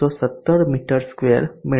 617 metre square મેળવશો